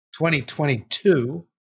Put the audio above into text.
2022